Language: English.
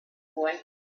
boy